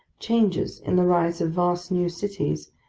changes in the rise of vast new cities,